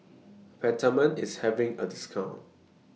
Peptamen IS having A discount